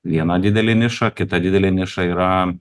viena didelė niša kita didelė niša yra